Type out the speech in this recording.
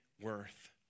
worth